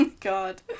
God